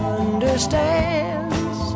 understands